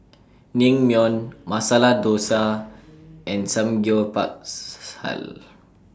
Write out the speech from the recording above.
Naengmyeon Masala Dosa and